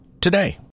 today